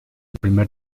primer